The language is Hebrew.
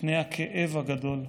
פני הכאב הגדול,